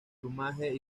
plumaje